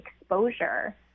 exposure